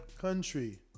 country